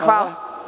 Hvala.